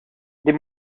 des